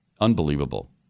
Unbelievable